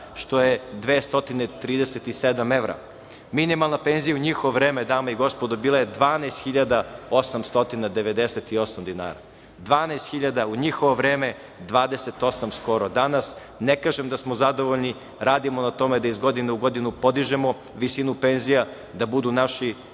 što je 237 evra. Minimalna penzija u njihovo vreme, dame i gospodo bila je 12.898 dinara, 12.000 u njihovo vreme 28 hiljada skoro danas. Ne kažem da smo zadovoljni. Radimo na tome da iz godine u godinu podižemo visinu penzija, da budu naši